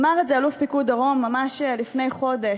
אמר את זה אלוף פיקוד הדרום ממש לפני חודש,